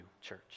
church